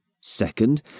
Second